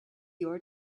your